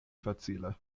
facile